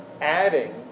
adding